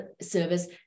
service